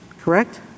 correct